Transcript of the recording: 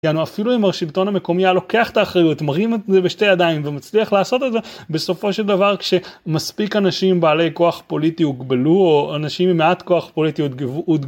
יענו אפילו אם השלטון המקומי היה לוקח את האחריות, מרים את זה בשתי ידיים ומצליח לעשות את זה, בסופו של דבר כשמספיק אנשים בעלי כוח פוליטי הוגבלו או אנשים עם מעט כוח פוליטי